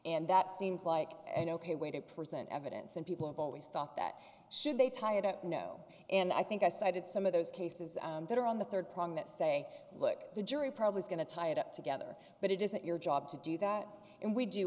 that seems like an ok way to present evidence and people have always thought that should they tie it up no and i think i cited some of those cases that are on the third prong that say look the jury probably is going to tie it up together but it isn't your job to do that and we do